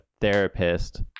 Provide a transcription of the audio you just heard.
therapist